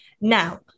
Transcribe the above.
Now